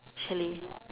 chalet